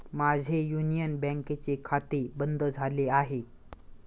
माझे युनियन बँकेचे खाते बंद झाले आहे